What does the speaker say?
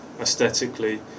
aesthetically